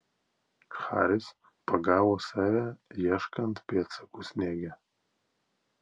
haris pagavo save ieškant pėdsakų sniege